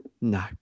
No